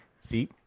See